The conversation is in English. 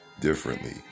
differently